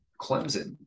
Clemson